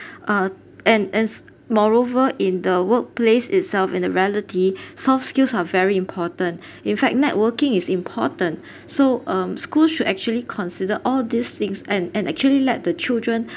uh and as moreover in the workplace itself in the reality soft skills are very important in fact networking is important so um school should actually consider all these things and and actually let the children